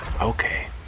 Okay